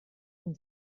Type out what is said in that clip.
dem